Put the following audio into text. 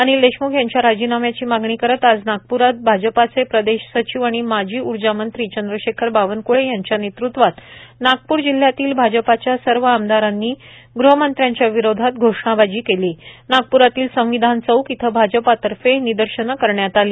अनिल देशम्ख यांचा राजीनाम्या ची मागणी करीत आज नागप्रात प्रदेश सचिव आणि माजी उर्जामंत्री चंद्रशेखर बावनकुळे यांचा नेतृत्वात नागप्र जिल्ह्यातील भाजपचे सर्व आमदारांनी गृहमंत्र्यांच्या विरोधात घोषनाबाजी केली नागप्रातील संविधान चौक येथे भाजप तर्फे घोषनबाजी करून निदर्शने करण्यात आले